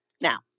Now